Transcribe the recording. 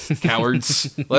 cowards